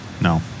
No